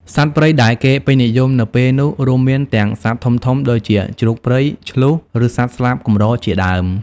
សត្វព្រៃដែលគេពេញនិយមនៅពេលនោះរួមមានទាំងសត្វធំៗដូចជាជ្រូកព្រៃ ឈ្លូស ឬសត្វស្លាបកម្រជាដើម។